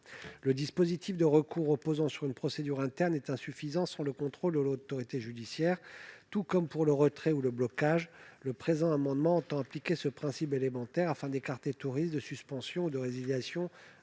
Le dispositif de recours reposant sur une procédure interne est insuffisant sans le contrôle de l'autorité judiciaire. Tout comme pour le retrait ou le blocage, cet amendement a donc pour objet d'appliquer dans de tels cas ce principe élémentaire, afin d'écarter tout risque de suspension ou de résiliation